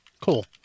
Cool